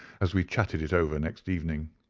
as we chatted it over next evening.